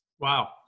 Wow